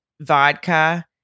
vodka